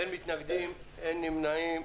אין מתנגדים, אין נמנעים.